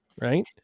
right